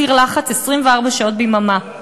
סיר לחץ 24 שעות ביממה.